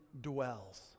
dwells